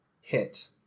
hit